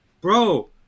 bro